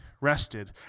rested